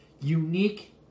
Unique